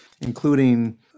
including